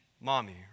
mommy